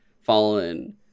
fallen